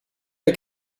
der